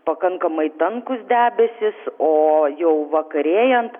pakankamai tankūs debesys o jau vakarėjant